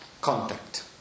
contact